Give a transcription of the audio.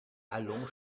allons